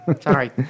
Sorry